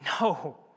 No